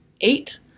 Eight